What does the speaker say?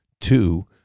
Two